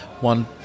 One